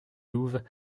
douves